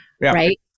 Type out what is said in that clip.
right